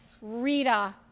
Rita